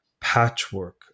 patchwork